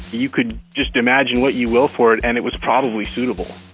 you could just imagine what you will for it, and it was probably suitable